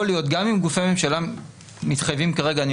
יכול להיות שגם אם גופי ממשלה מתחייבים כרגע אני